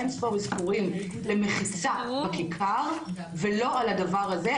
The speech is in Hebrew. אינספור אזכורים על דברים אחרים ולא על הדבר הזה,